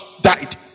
died